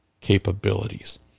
capabilities